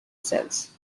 cells